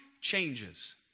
changes